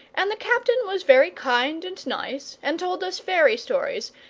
and the captain was very kind and nice, and told us fairy-stories,